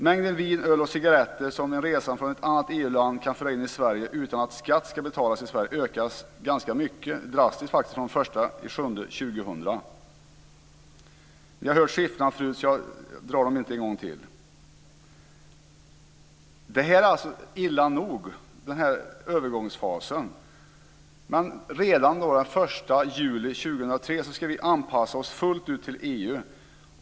Mängden öl, vin och cigarretter som en resande från ett annat EU-land kan föra in i Sverige utan att skatt ska betalas i Sverige ökar drastiskt från den 1 juli 2000. Ni har hört siffrorna förut, så jag drar dem inte en gång till. Övergångsfasen är illa nog. Men redan den 1 juli 2003 ska vi anpassa oss fullt ut till EU.